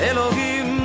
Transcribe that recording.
Elohim